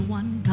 one